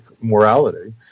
morality